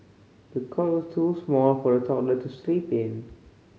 the cot was too small for the toddler to sleep in